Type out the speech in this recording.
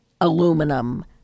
aluminum